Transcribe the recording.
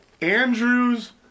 Andrew's